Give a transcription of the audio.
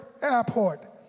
airport